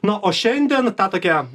na o šiandien tą tokią